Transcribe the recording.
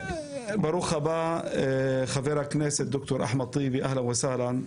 ברוך הבא, חבר הכנסת ד"ר אחמד טיבי, אהלן וסהלן.